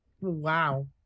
Wow